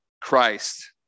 Christ